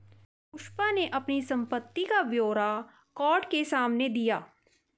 पुष्पा ने अपनी संपत्ति का ब्यौरा कोर्ट के सामने दिया